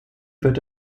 wird